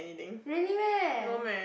really meh